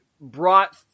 brought